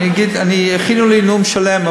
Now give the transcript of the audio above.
הכינו לי נאום שלם,